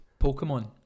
Pokemon